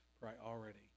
priority